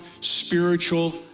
spiritual